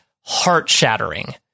heart-shattering